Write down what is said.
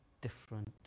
different